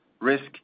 risk